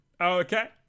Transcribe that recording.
Okay